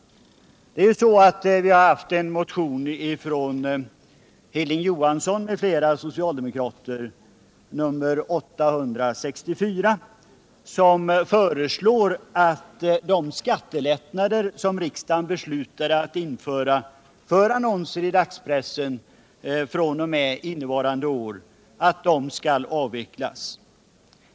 I motionen 1977/78:864 av Hilding Johansson m.fl. socialdemokrater föreslås att den lättnad i beskattningen av annonser i dagspressen som riksdagen beslutat att införa fr.o.m. innevarande år skall avvecklas.